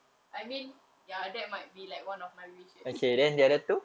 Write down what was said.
I mean ya that might be like one of my wishes